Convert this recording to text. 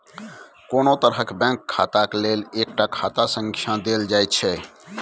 कोनो तरहक बैंक खाताक लेल एकटा खाता संख्या देल जाइत छै